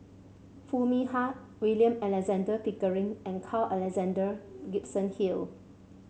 Foo Mee Har William Alexander Pickering and Carl Alexander Gibson Hill